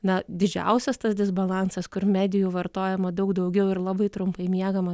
na didžiausias tas disbalansas kur medijų vartojama daug daugiau ir labai trumpai miegama